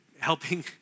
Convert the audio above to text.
helping